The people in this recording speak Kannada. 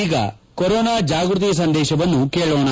ಈಗ ಕೊರೊನಾ ಜಾಗ್ಟತಿ ಸಂದೇಶವನ್ನು ಕೇಳೋಣ